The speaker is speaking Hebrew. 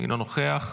אינו נוכח,